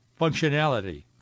functionality